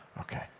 Okay